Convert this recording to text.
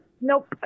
Nope